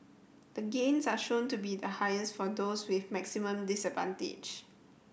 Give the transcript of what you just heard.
the gains are shown to be highest for those with maximum disadvantage